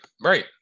Right